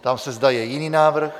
Ptám se, zda je jiný návrh?